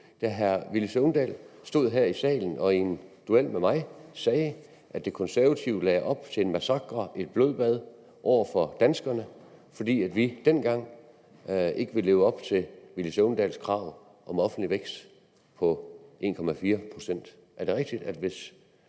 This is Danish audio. da hr. Villy Søvndal stod her i salen og i en duel med mig sagde, at De Konservative lagde op til en massakre, et blodbad over for danskerne, fordi vi dengang ikke ville leve op til hr. Villy Søvndals krav om offentlig vækst på 1,4 pct.? Er det rigtigt,